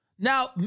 Now